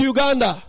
Uganda